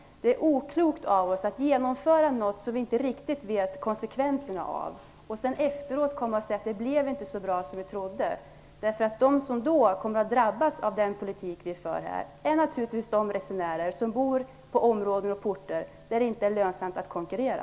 Det är oklokt av oss att genomföra något som vi inte riktigt vet konsekvenserna av och efteråt säga att det inte blev så bra som vi trodde. De som kommer att drabbas av den politik vi då för är naturligtvis de resenärer som bor i områden och på orter där det inte är lönsamt att konkurrera.